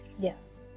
Yes